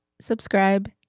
subscribe